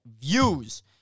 views